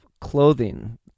clothing